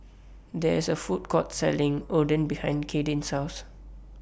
There IS A Food Court Selling Oden behind Kadyn's House